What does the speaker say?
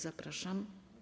Zapraszam.